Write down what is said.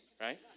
right